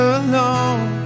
alone